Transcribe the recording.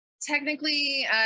technically